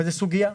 וזה סוגיה,